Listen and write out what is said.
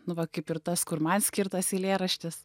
nu va kaip ir tas kur man skirtas eilėraštis